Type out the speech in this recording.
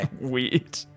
weird